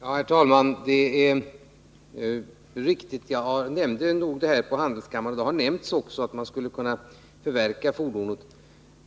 Herr talman! Det är riktigt att jag nämnde det här på handelskammaren, och det har också sagts att man skulle kunna förverka fordonet.